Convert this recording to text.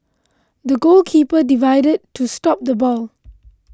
the goalkeeper dived to stop the ball